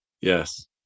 Yes